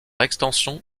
extension